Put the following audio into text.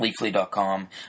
Leafly.com